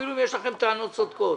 אפילו אם יש לכם טענות צודקות.